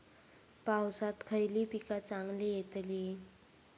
पावसात खयली पीका चांगली येतली?